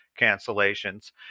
cancellations